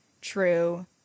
true